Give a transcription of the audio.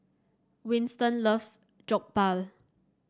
Winston loves Jokbal